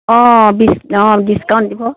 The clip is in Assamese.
অ' ডিচ অ' ডিস্কাউণ্ট দিব